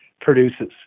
produces